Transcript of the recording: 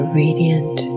radiant